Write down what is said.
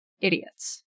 Idiots